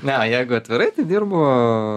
ne jeigu atvirai tai dirbu